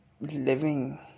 living